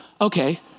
okay